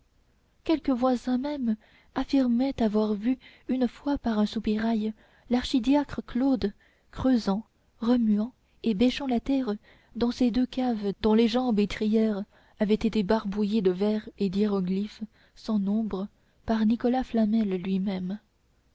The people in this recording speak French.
quelques voisins même affirmaient avoir vu une fois par un soupirail l'archidiacre claude creusant remuant et bêchant la terre dans ces deux caves dont les jambes étrières avaient été barbouillées de vers et d'hiéroglyphes sans nombre par nicolas flamel lui-même